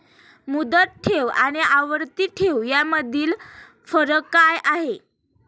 मुदत ठेव आणि आवर्ती ठेव यामधील फरक काय आहे?